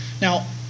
Now